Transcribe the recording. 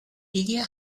ilia